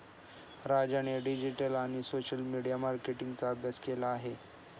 राजाने डिजिटल आणि social media मार्केटिंगचा अभ्यास केला आहे